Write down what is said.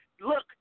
Look